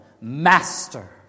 Master